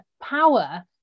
power